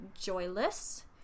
joyless